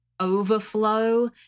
overflow